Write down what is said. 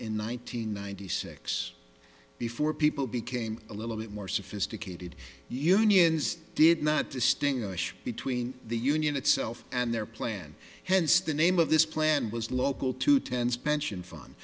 hundred ninety six before people became a little bit more sophisticated unions did not distinguish between the union itself and their plan hence the name of this plan was local to ten's pension fund